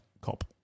COP